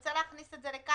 נרצה להכניס את זה לכאן,